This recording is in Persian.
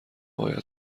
باید